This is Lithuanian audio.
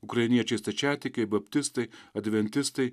ukrainiečiai stačiatikiai baptistai adventistai